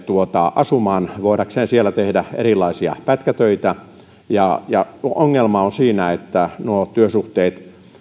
asumaan voidakseen siellä tehdä erilaisia pätkätöitä ongelma on siinä kun nuo työsuhteet